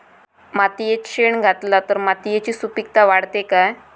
मातयेत शेण घातला तर मातयेची सुपीकता वाढते काय?